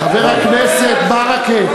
חבר הכנסת ברכה,